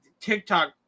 TikTok